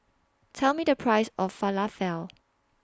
Tell Me The Price of Falafel